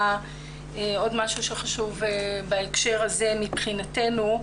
יש עוד משהו שחשוב לומר בהקשר הזה מבחינתנו.